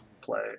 play